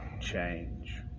Change